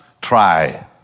try